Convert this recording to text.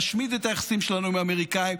להשמיד את היחסים שלנו עם האמריקאים,